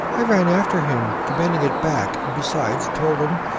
i ran after him, demanding it back, and besides told him,